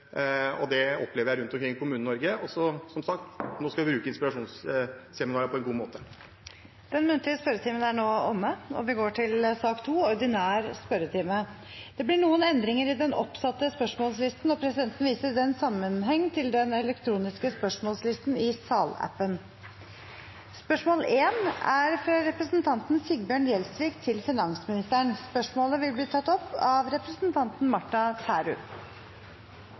og det opplever jeg rundt omkring i Kommune-Norge. Og som sagt: Nå skal vi bruke inspirasjonsseminarene på en god måte. Den muntlige spørretimen er nå omme. Det blir noen endringer i den oppsatte spørsmålslisten, og presidenten viser i den sammenheng til den elektroniske spørsmålslisten i salappen. Endringene var som følger: Spørsmål 1, fra representanten Sigbjørn Gjelsvik til finansministeren, vil bli tatt opp av representanten Martha Tærud.